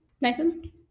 Nathan